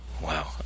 wow